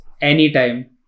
anytime